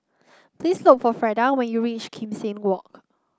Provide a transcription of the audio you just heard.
please look for Freda when you reach Kim Seng Walk